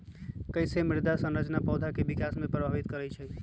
कईसे मृदा संरचना पौधा में विकास के प्रभावित करई छई?